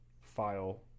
file